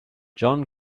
john